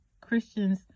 Christians